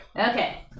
Okay